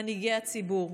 מנהיגי הציבור.